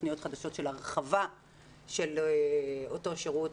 תכניות חדשות של הרחבה של אותו שירות,